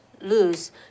lose